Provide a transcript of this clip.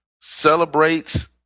celebrates